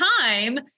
time